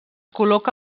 col·loca